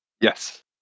Yes